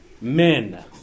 Men